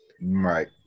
right